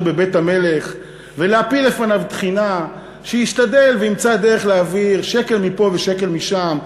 בבית המלך ולהפיל לפניו תחינה שישתדל וימצא דרך להעביר שקל מפה ושקל משם.